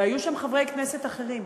והיו שם חברי כנסת אחרים,